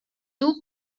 two